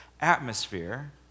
atmosphere